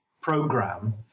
program